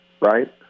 right